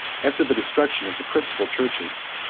after the destruction of the principal churches,